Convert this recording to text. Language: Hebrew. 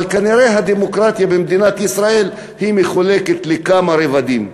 אבל כנראה הדמוקרטיה במדינת ישראל מחולקת לכמה רבדים,